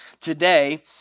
today